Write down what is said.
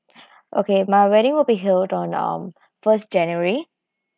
okay my wedding will be held on um first january